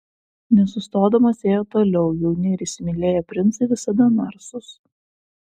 nesustodamas ėjo toliau jauni ir įsimylėję princai visada narsūs